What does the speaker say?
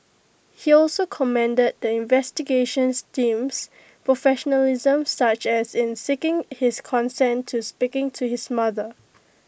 he also commended the investigations team's professionalism such as in seeking his consent to speak to his mother